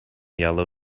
yellow